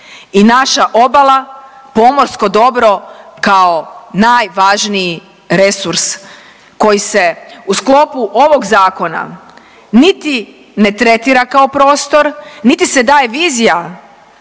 i naša obala, pomorsko dobro kao najvažniji resurs koji se u sklopu ovog zakona niti ne tretira kao prostor niti se daje vizija